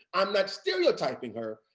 i'm not stereotyping her,